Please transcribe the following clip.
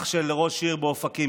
אח של ראש עיר באופקים.